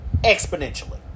exponentially